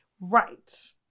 Right